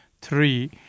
three